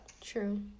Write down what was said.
True